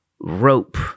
rope